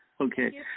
Okay